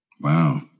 Wow